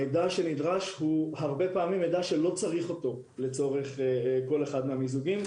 המידע שנדרש הוא הרבה פעמים מידע שלא צריך אותו לצורך כל אחד מהמיזוגים.